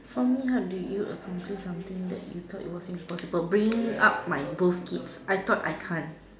for me how did you accomplished something that you thought was impossible bring up my both kids I thought I can't